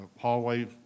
hallway